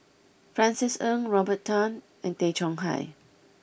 Francis Ng Robert Tan and Tay Chong Hai